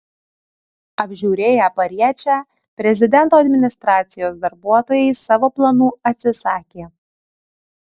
apžiūrėję pariečę prezidento administracijos darbuotojai savo planų atsisakė